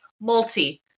Multi